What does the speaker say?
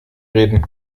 reden